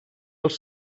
els